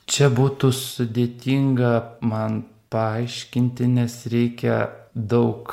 čia būtų sudėtinga man paaiškinti nes reikia daug